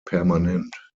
permanent